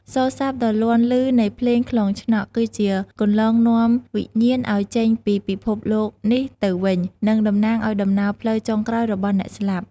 សូរសព្ទដ៏លាន់ឮនៃភ្លេងខ្លងឆ្នក់ គឺជាគន្លងនាំវិញ្ញាណឲ្យចេញពីពិភពលោកនេះទៅវិញ និងតំណាងឲ្យដំណើរផ្លូវចុងក្រោយរបស់អ្នកស្លាប់។